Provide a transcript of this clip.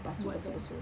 buat kan